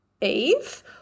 Eve